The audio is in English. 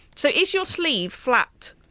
so is your sleeve flat?